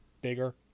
bigger